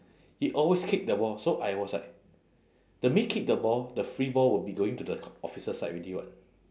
he always kick the ball so I was like the minute kick the ball the free ball will be going to the officer side already [what]